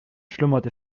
schlummerte